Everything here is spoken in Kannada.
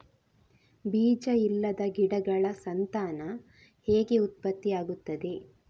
ಬೀಜ ಇಲ್ಲದ ಗಿಡಗಳ ಸಂತಾನ ಹೇಗೆ ಉತ್ಪತ್ತಿ ಆಗುತ್ತದೆ?